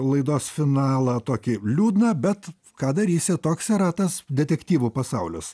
laidos finalą tokį liūdną bet ką darysi toks yra tas detektyvo pasaulis